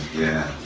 yeah,